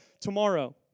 tomorrow